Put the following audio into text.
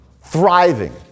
thriving